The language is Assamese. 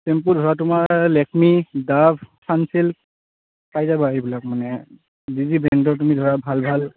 চেম্পু ধৰা তোমাৰ লেকমী ডাভ চানচিল্ক পাই যাবা এইবিলাক মানে যি যি ব্ৰেণ্ডৰ তুমি ধৰা ভাল ভাল